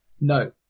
No